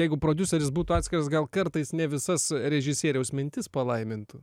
jeigu prodiuseris būtų atsakas gal kartais ne visas režisieriaus mintis palaimintų